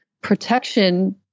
Protection